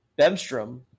Bemstrom